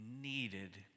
needed